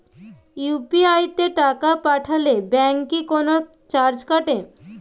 UPI তে টাকা পাঠালে ব্যাংক কি কোনো চার্জ কাটে?